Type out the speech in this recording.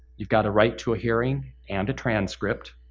you've got a right to a hearing and a transcript.